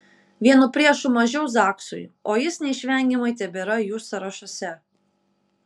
vienu priešu mažiau zaksui o jis neišvengiamai tebėra jų sąrašuose